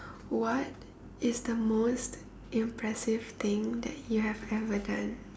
what is the most impressive thing that you have ever done